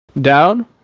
down